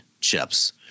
chips